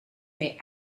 may